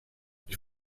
ich